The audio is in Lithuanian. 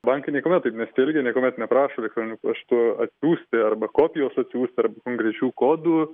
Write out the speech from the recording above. bankai niekuomet taip nesielgia niekuomet neprašo elektroniniu paštu atsiųsti arba kopijos atsiųsti arba konkrečių kodų